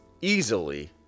easily